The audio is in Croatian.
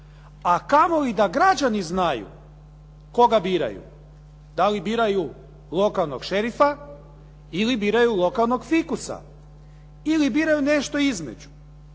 a kamoli da građani znaju koga biraju, da li biraju lokalnog šerifa ili biraju lokalnog fikusa, ili biraju nešto između.